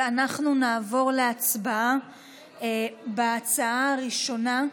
ואנחנו נעבור להצבעה על ההצעה הראשונה.